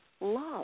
love